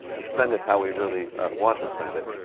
and spend it how we really want to spend it.